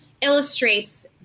illustrates